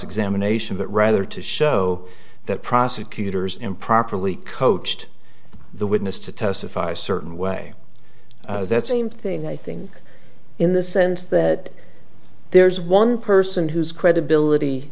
examination but rather to show that prosecutors improperly coached the witness to testify a certain way that's same thing i think in the sense that there's one person whose credibility